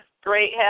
Great